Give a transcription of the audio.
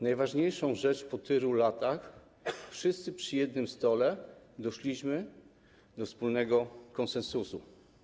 Najważniejszą rzeczą po tylu latach jest to, że wszyscy przy jednym stole doszliśmy do wspólnego konsensusu.